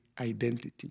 identity